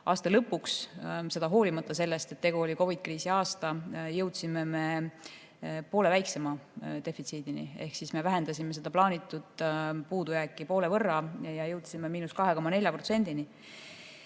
Aasta lõpuks, seda hoolimata sellest, et tegu oli COVID-i kriisi aastaga, jõudsime poole väiksema defitsiidini, ehk me vähendasime seda plaanitud puudujääki poole võrra ja jõudsime –2,4%-ni.